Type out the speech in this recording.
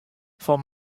fan